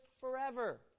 forever